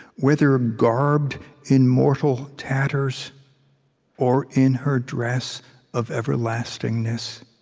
whether ah garbed in mortal tatters or in her dress of everlastingness